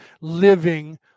living